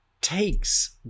takes